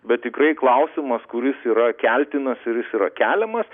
bet tikrai klausimas kuris yra keltinas ir jis yra keliamas